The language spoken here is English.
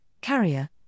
carrier